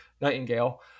nightingale